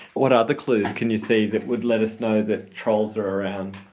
what other clues can you see that would let us know that trolls are around?